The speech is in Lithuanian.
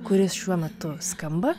kuris šiuo metu skamba